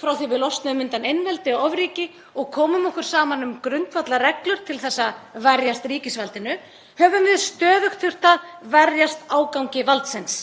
Frá því við losnuðum undan einveldi og ofríki og komum okkur saman um grundvallarreglur til þess að verjast ríkisvaldinu höfum við stöðugt þurft að verjast ágangi valdsins